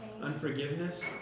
unforgiveness